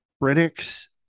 critics